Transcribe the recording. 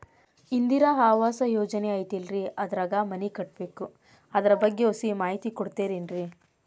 ಇಂದಿರಾ ಆವಾಸ ಯೋಜನೆ ಐತೇಲ್ರಿ ಅದ್ರಾಗ ಮನಿ ಕಟ್ಬೇಕು ಅದರ ಬಗ್ಗೆ ಒಸಿ ಮಾಹಿತಿ ಕೊಡ್ತೇರೆನ್ರಿ?